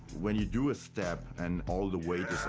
when you do a step and all the weight